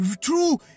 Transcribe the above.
true